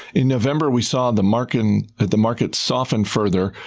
in november, we saw the market and ah the market soften further,